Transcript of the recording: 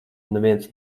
neviens